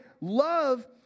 love